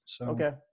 Okay